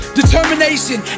determination